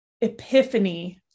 epiphany